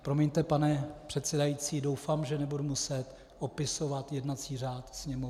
Promiňte, pane předsedající, doufám, že nebudu muset opisovat jednací řád Sněmovny.